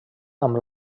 amb